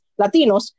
latinos